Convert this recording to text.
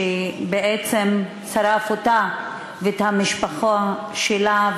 ששרף אותה ואת המשפחה שלה.